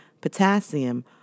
potassium